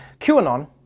QAnon